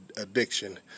addiction